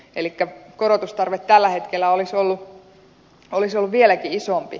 elikkä korotustarve tällä hetkellä olisi ollut vieläkin isompi